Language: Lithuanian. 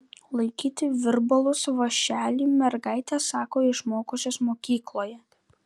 laikyti virbalus vąšelį mergaitės sako išmokusios mokykloje